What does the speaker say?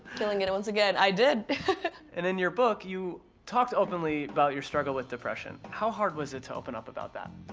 killing it it once again. i did. and in your book, you talked openly about your struggle with depression. how hard was it to open up about that?